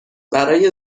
برای